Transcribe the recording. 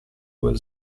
will